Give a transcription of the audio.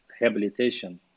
rehabilitation